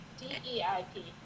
D-E-I-P